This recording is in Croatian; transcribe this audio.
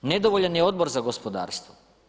Nedovoljan je Odbor za gospodarstvo.